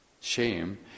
shame